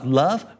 love